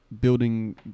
building